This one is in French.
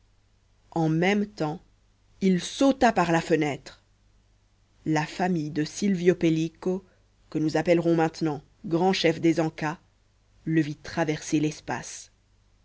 en même temps il sauta par la fenêtre la famille de silvio pellico que nous appellerons maintenant grand chef des ancas le vit traverser l'espace